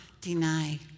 deny